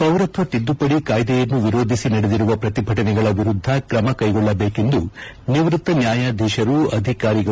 ಪೌರತ್ವ ತಿದ್ದುಪಡಿ ಕಾಯ್ದೆಯನ್ನು ವಿರೋಧಿಸಿ ನಡೆದಿರುವ ಪ್ರತಿಭಟನೆಗಳ ವಿರುದ್ಧ ತ್ರಮ ಕೈಗೊಳ್ಳಬೇಕೆಂದು ನಿವೃತ್ತ ನ್ಯಾಯಾಧೀಶರು ಅಧಿಕಾರಿಗಳು